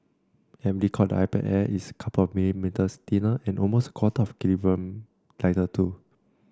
aptly called the iPad Air it's a couple of millimetres thinner and almost a quarter of a kilogram lighter too